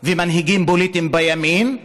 ומנהיגים פוליטיים בימין,